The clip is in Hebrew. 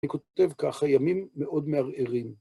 אני כותב ככה, ימים מאוד מערערים.